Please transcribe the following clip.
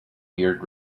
beard